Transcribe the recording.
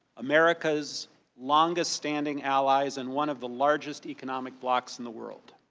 america's long-standing allies and one of the largest economic blocks in the world.